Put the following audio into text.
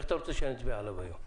איך אתה רוצה שנצביע עליו היום?